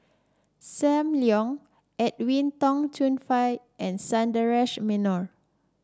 Sam Leong Edwin Tong Chun Fai and Sundaresh Menon